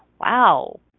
Wow